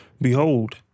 Behold